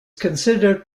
considered